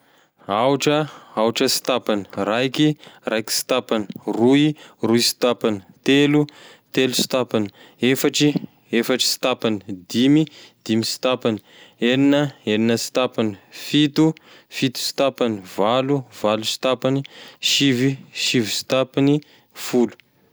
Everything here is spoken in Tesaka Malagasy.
Aotra, aotra sy tapany, raiky, raiky sy tapany, roy, roy sy tapany, telo, telo sy tapany, efatry, efatry sy tapany, dimy, dimy sy tapany, enina, enina sy tapany, fito, fito sy tapany valo, valo sy tapany, sivy, sivy sy tapany, folo.